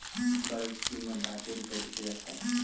डॉलरची किंमत भारतीय रुपयापेक्षा जास्त आहे